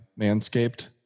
manscaped